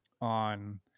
on